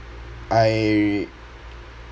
I